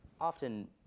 often